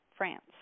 France